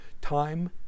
Time